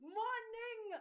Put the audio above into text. morning